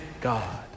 God